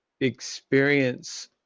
experience